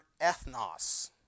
ethnos